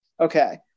Okay